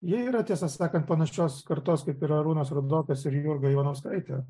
jie yra tiesą sakant panašios kartos kaip ir arūnas rudokas ir jurga ivanauskaitė